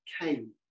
came